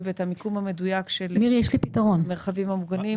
ומה המיקום המדויק של המרחבים המוגנים.